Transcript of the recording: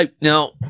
now